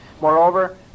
moreover